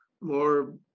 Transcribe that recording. more